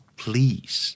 please